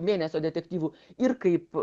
mėnesio detektyvu ir kaip